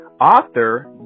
author